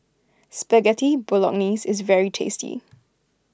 Spaghetti Bolognese is very tasty